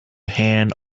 hand